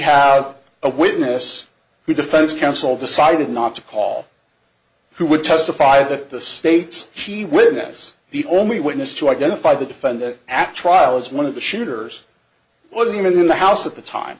have a witness who defense counsel decided not to call who would testify that the state's she witness the only witness to identify the defendant actually as one of the shooters one of them in the house at the time